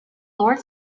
lord